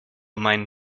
meinen